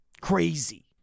Crazy